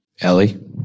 Ellie